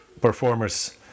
performers